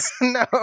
No